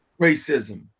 racism